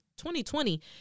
2020